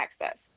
access